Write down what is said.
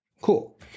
Cool